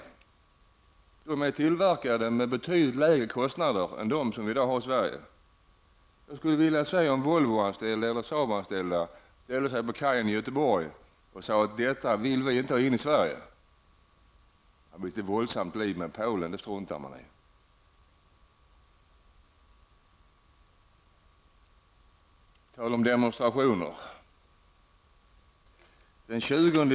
Dessa bilar är tillverkade med betydligt lägre kostnader än de bilar som tillverkas i Sverige. Jag skulle vilja se Volvoanställda eller Saabanställda ställa sig på kajen i Göteborg och säga att de inte ville ha dessa bilar i Sverige. Men att det blir ett våldsamt liv i Polen struntar man i. På tal om demonstrationer vill jag säga följande.